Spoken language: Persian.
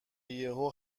یهو